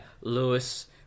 Lewis